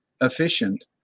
efficient